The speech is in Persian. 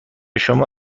شما